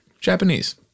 Japanese